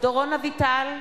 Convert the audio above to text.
דורון אביטל,